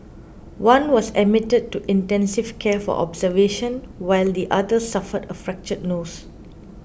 one was admitted to intensive care for observation while the other suffered a fractured nose